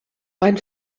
mein